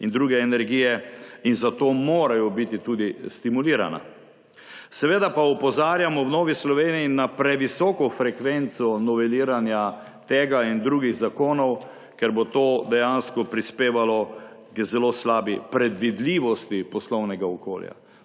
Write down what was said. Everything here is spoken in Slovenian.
in druge energije in zato morajo biti tudi stimulirana. Seveda pa opozarjamo v Novi Sloveniji na previsoko frekvenco noveliranja tega in drugih zakonov, ker bo to dejansko prispevalo k zelo slabi predvidljivosti poslovnega okolja.